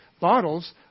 bottles